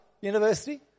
university